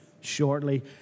shortly